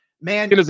man